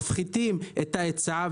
מפחיתים את ההיצע,